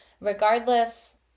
regardless